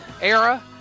era